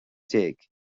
déag